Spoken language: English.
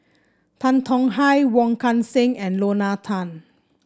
Tan Tong Hye Wong Kan Seng and Lorna Tan